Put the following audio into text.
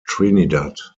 trinidad